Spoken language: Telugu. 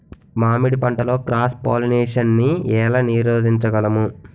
మామిడి పంటలో క్రాస్ పోలినేషన్ నీ ఏల నీరోధించగలము?